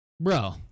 bro